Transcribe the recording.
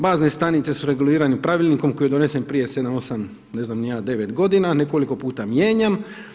Bazne stanice su regulirane Pravilnikom koji je donesen prije 7, 8 ne znam ni ja 9 godina, nekoliko puta mijenjan.